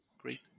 great